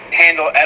handle